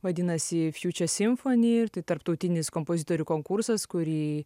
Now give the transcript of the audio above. vadinasi future symphony ir tai tarptautinis kompozitorių konkursas kurį